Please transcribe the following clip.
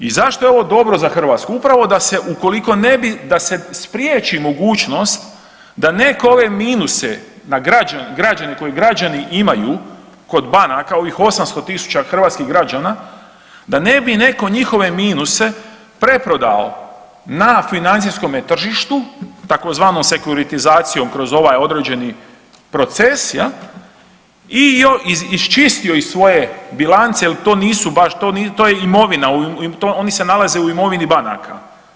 I zašto je ovo dobro za Hrvatsku upravo da se ukoliko ne bi da se spriječi mogućnost da netko ove minuse koje građani imaju kod banaka ovih 800 tisuća hrvatskih građana, da ne bi netko njihove minuse preprodao na financijskome tržištu tzv. sekuritizacijom kroz ovaj određeni proces i iščistio iz svoje bilance jer to nisu baš, to je imovina, oni se nalaze u imovini banaka.